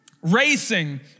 Racing